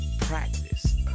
practice